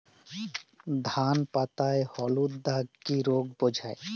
ধান পাতায় হলুদ দাগ কি রোগ বোঝায়?